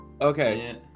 Okay